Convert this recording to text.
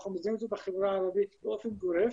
אנחנו מכירים את זה בחברה הערבית באופן גורף,